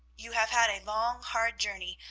you have had a long, hard journey,